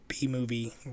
B-movie